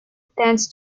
tends